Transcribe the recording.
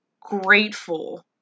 grateful